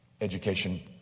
education